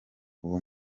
uwo